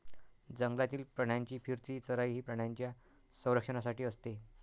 जंगलातील प्राण्यांची फिरती चराई ही प्राण्यांच्या संरक्षणासाठी असते